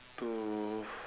to